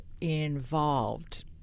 involved